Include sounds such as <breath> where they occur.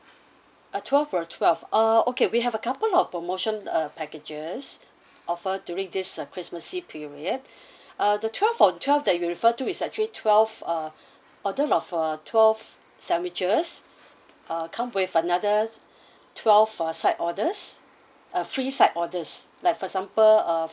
uh twelve for twelve uh okay we have a couple of promotion uh packages offered during this uh christmas eve period <breath> uh the twelve on twelve that you refer to is actually twelve uh order of uh twelve sandwiches uh come with another twelve uh side orders uh free side orders like for example uh